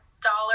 dollar